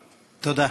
תודה.